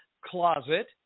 closet